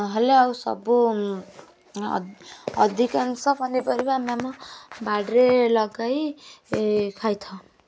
ନହେଲେ ଆଉ ସବୁ ଅଧିକାଂଶ ପନିପରିବା ଆମେ ଆମ ବାଡ଼ିରେ ଲଗାଇ ଖାଇଥାଉ